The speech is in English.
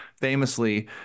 famously